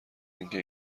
اینکه